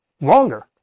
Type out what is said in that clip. longer